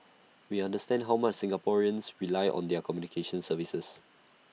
we understand how much Singaporeans rely on their communications services